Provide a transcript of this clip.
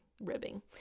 ribbing